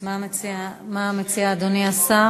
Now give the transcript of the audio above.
מה מציע אדוני השר?